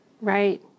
Right